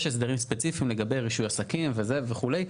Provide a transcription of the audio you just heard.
יש הסדרים ספציפיים לגבי רישוי עסקים וזה וכו',